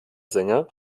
sänger